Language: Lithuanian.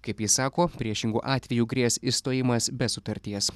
kaip ji sako priešingu atveju grės išstojimas be sutarties